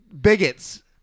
bigots